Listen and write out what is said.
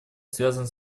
связано